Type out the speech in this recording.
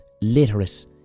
literate